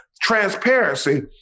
transparency